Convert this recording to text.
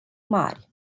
mari